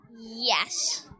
Yes